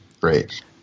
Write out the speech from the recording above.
great